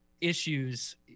issues